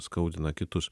skaudina kitus